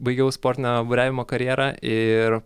baigiau sportinio buriavimo karjerą ir